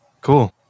Cool